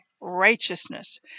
righteousness